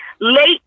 late